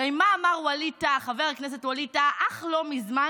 הרי מה אמר חבר הכנסת ווליד טאהא אך לא מזמן?